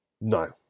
No